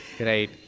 Right